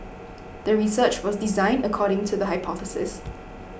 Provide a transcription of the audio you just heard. the research was designed according to the hypothesis